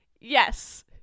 yes